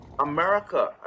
America